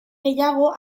gehiago